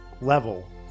level